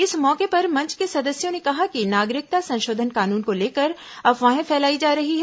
इस मौके पर मंच के सदस्यों ने कहा कि नागरिकता संशोधन कानून को लेकर अफवाहें फैलाई जा रही हैं